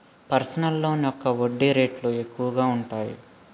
personal loan యొక్క వడ్డీ రేట్లు ఎక్కువగా ఉంటాయి